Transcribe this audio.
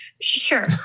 Sure